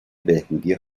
بهبودی